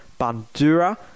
Bandura